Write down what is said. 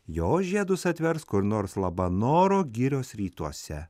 jos žiedus atvers kur nors labanoro girios rytuose